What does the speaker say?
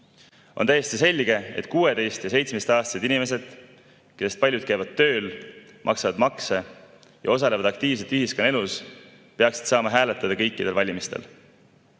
On täiesti selge, et 16‑ ja 17‑aastased inimesed, kellest paljud käivad tööl ja maksavad makse ja osalevad aktiivselt ühiskonnaelus, peaksid saama hääletada kõikidel valimistel.